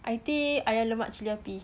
I think ayam lemak cili api